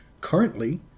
currently